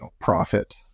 profit